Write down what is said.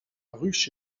ruche